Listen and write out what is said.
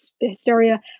hysteria